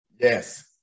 Yes